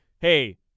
hey